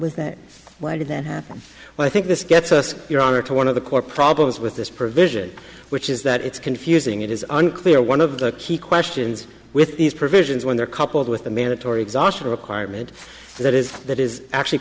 was that why did that happen well i think this gets us your honor to one of the core problems with this provision which is that it's confusing it is unclear one of the key questions with these provisions when they're coupled with the mandatory exhaustion requirement that is that is actually